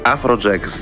Afrojack